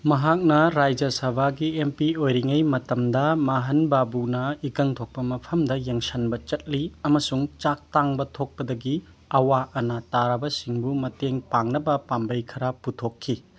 ꯃꯍꯥꯛꯅ ꯔꯥꯏꯖ ꯁꯚꯥꯒꯤ M P ꯑꯣꯏꯔꯤꯉꯩ ꯃꯇꯝꯗ ꯃꯍꯟ ꯕꯥꯕꯨꯅ ꯏꯀꯪ ꯊꯣꯛꯄ ꯃꯐꯝꯗ ꯌꯦꯡꯁꯤꯟꯕ ꯆꯠꯂꯤ ꯑꯃꯁꯨꯡ ꯆꯥꯛ ꯇꯥꯡꯕ ꯊꯣꯛꯄꯗꯒꯤ ꯑꯋꯥ ꯑꯅꯥ ꯇꯥꯔꯕꯁꯤꯡꯕꯨ ꯃꯇꯦꯡ ꯄꯥꯡꯅꯕ ꯄꯥꯝꯕꯩ ꯈꯔ ꯄꯨꯊꯣꯛꯈꯤ